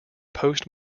post